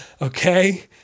okay